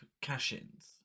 cash-ins